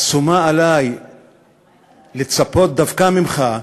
אז שומה עלי לצפות דווקא ממך,